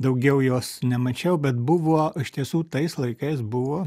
daugiau jos nemačiau bet buvo iš tiesų tais laikais buvo